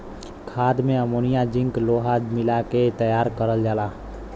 खाद में ammonia zinc लोहा मिला के तैयार करल जाला